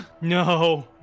No